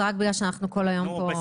זה רק בגלל שאנחנו כל היום פה רק --- נו,